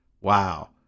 Wow